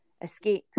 escape